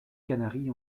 canaries